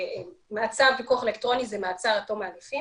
מעצר בפיקוח אלקטרוני זה מעצר עד תום ההליכים